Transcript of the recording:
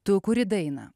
tu kuri dainą